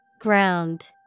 Ground